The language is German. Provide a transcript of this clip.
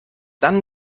dann